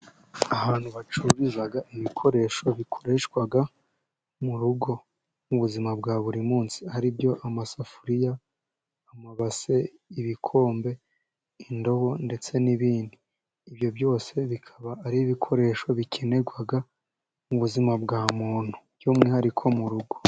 Ahantu bacururiza ibikoresho bikoreshwa mu rugo mu buzima bwa buri munsi ari byo amasafuriya, amabase, ibikombe, indobo ndetse n'ibindi, ibyo byose bikaba ari ibikoresho bikenerwa mu buzima bwa muntu by'umwihariko mu rugo.